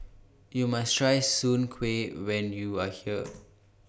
YOU must Try Soon Kway when YOU Are here